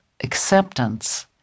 acceptance